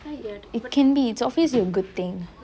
it can be it's obviously a good thing